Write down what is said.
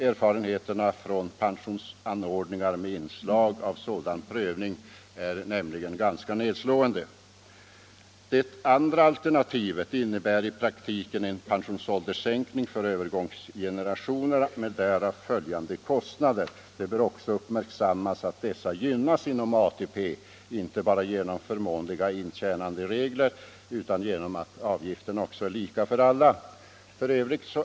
Erfarenheterna från pensionsanordningar med inslag av sådan prövning är nämligen ganska nedslående. Det andra alternativet innebär i praktiken en pensionsåldersförsäkring för övergångsgenerationerna med därav följande kostnader. Det bör också uppmärksammas att övergångsgenerationerna gynnas inom ATP, inte bara genom förmånliga intjänanderegler utan också genom att avgiften är lika för alla oavsett intjänandeår.